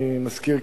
אני מזכיר,